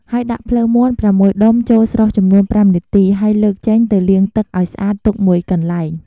ហើយដាក់ភ្លៅមាន់៦ដុំចូលស្រុះចំនួន៥នាទីហើយលើកចេញទៅលាងទឹកឱ្យស្អាតទុកមួយកន្លែង។